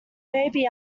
baby